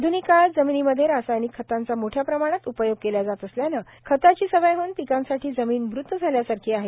आधूनिक काळात जमिनीमध्ये रासायनिक खतांचा मोठया प्रमाणात उपयोग केल्या जात असल्यानं खताची सवय होऊन पिकांसाठी जमिन मृत झाल्यासारखी झाली आहे